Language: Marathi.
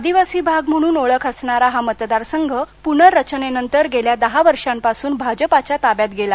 आदीवासी भाग म्हणून ओळख असणारा हा मतदार संघ पूर्नरचनेनंतर गेल्या दहा वर्षापासून भाजपच्या ताब्यात गेला